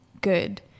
good